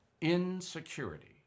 insecurity